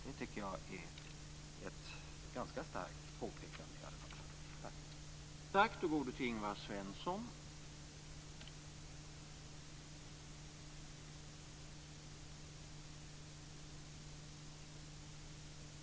Det tycker jag i alla fall är ett ganska starkt påpekande.